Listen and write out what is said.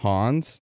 Hans